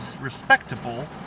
respectable